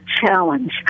challenge